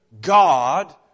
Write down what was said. God